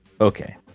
Okay